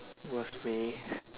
worst way